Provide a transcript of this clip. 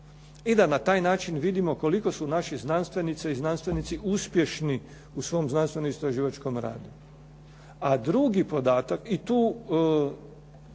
i da na taj način vidimo koliko su naši znanstvenici i znanstvenici uspješni u svom znanstveno-istraživačkom radu.